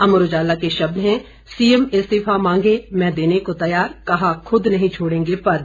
अमर उजाला के शब्द हैं सीएम इस्तीफा मांगें मैं देने को तैयार कहा खुद नहीं छोड़ेंगे पद